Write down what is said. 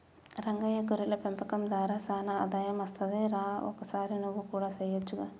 రంగయ్య గొర్రెల పెంపకం దార సానా ఆదాయం అస్తది రా ఒకసారి నువ్వు కూడా సెయొచ్చుగా